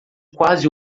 quase